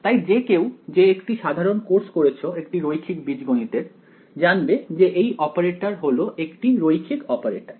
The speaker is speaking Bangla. তাই যে কেউ যে একটি সাধারণ কোর্স করেছো একটি রৈখিক বীজগণিত এর জানবে যে এই অপারেটর হলো একটি রৈখিক অপারেটর